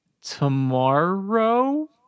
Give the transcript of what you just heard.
tomorrow